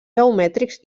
geomètrics